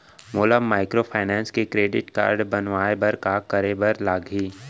मोला माइक्रोफाइनेंस के credit card बनवाए बर का करे बर लागही?